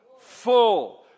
full